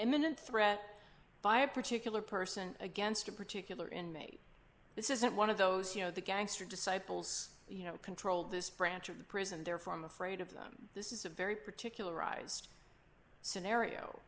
imminent threat by a particular person against a particular inmate this isn't one of those you know the gangster disciples you know control this branch of the prison they're from afraid of them this is a very particular arised scenario